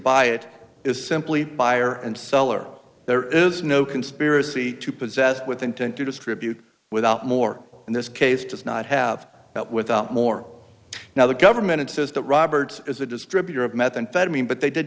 buy it is simply buyer and seller there is no conspiracy to possess with intent to distribute without more in this case does not have that without more now the government says that robert is a distributor of methamphetamine but they did